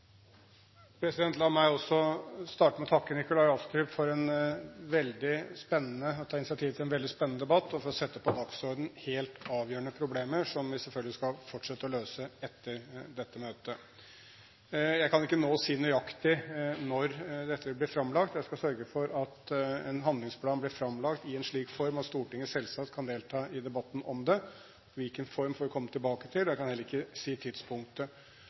La meg også starte med å takke Nikolai Astrup for å ta initiativ til en veldig spennende debatt og for å sette på dagsordenen helt avgjørende problemer, som vi selvfølgelig skal fortsette å løse etter dette møtet. Jeg kan ikke nå si nøyaktig når dette blir framlagt. Jeg skal sørge for at en handlingsplan blir framlagt i en slik form at Stortinget selvsagt kan delta i debatten om det – i hvilken form får vi komme tilbake til, og jeg kan heller ikke si tidspunktet.